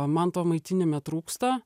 man to maitinime trūksta